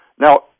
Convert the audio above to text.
Now